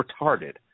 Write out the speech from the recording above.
retarded